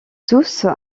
tous